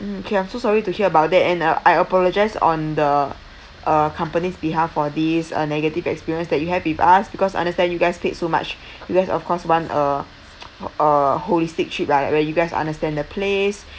mm okay I'm so sorry to hear about that and uh I apologise on the uh company's behalf for this uh negative experience that you have with us because understand you guys paid so much you guys of course want a a holistic trip right where you guys understand the place